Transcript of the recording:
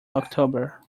october